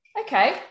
okay